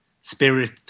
spirit